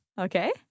Okay